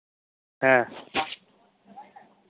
ᱦᱮᱸ